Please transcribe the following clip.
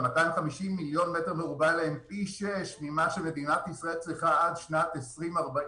250 מיליון מטר מרובע הם פי שישה ממה שמדינת ישראל צריכה עד שנת 2040